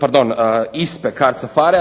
pardon ISPA-e,